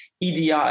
EDI